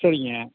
சரிங்க